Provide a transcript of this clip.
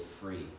free